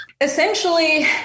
Essentially